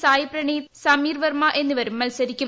സായ് പ്രണീത് സമീർ വെർമ്മ എന്നിവരും മത്സരിക്കും